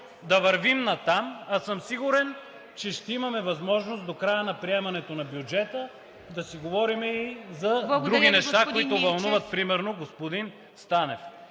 да вървим натам, а съм сигурен, че ще имаме възможност до края на приемането на бюджета да си говорим и за други неща, които вълнуват примерно господин Станев.